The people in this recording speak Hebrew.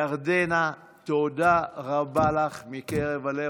ירדנה, תודה רבה לך מקרב לב.